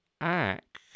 act